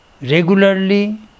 regularly